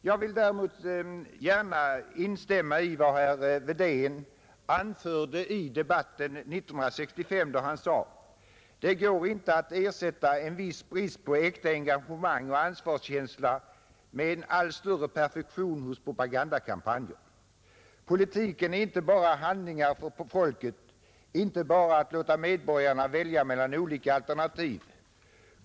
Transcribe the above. Jag vill däremot gärna instämma i vad herr Wedén anförde i debatten 1965, då han sade: ”Det går inte att ersätta en viss brist på äkta engagemang och ansvarskänsla med en allt större perfektion hos propagandakampanjer. Politiken är inte bara handlingar för folket, inte bara att låta medborgarna välja mellan olika alternativ.